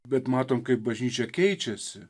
bet matom kaip bažnyčia keičiasi